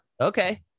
Okay